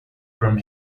from